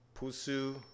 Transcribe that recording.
Pusu